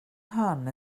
hon